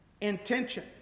intention